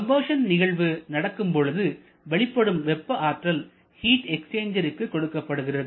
combustion நிகழ்வு நடக்கும் பொழுது வெளிப்படும் வெப்ப ஆற்றல் ஹீட் எக்ஸ்சேஞ்சருக்கு கொடுக்கப்படுகிறது